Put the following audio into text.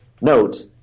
note